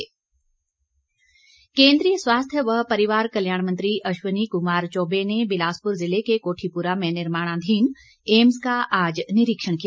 केंद्रीय मंत्री केंद्रीय स्वास्थ्य व परिवार कल्याण मंत्री अश्वनी कुमार चौबे ने बिलासपुर जिले के कोठीपुरा में निर्माणाधीन एम्स का आज निरीक्षण किया